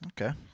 Okay